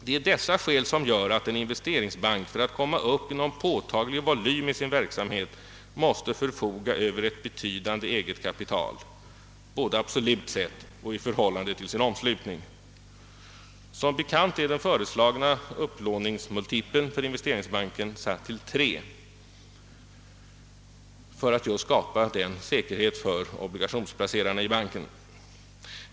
Det är dessa skäl som gör att en investeringsbank, för att komma upp till någon påtaglig volym i sin verksamhet, måste förfoga över ett betydande eget kapital, både absolut sett och i förhållande till sin omslutning. Som bekant är den föreslagna upplåningsmultipeln för investeringsbanken satt till 3 för att just skapa säkerhet för obligationsplacerarna i banken.